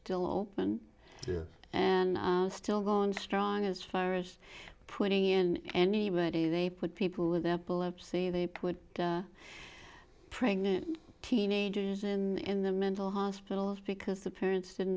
still open and still going strong as far as putting in anybody they put people with epilepsy they would pregnant teenagers in the mental hospitals because the parents didn't